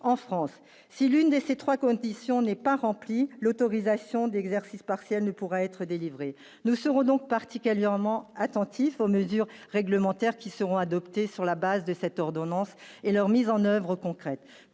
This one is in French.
en France c'est l'une des ces 3 conditions n'est pas rempli l'autorisation d'exercice partiel ne pourra être délivré, nous serons donc partie Kelderman attentifs aux mesures réglementaires qui seront adoptées sur la base de cette ordonnance et leur mise en oeuvre concrète,